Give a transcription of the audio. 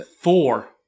four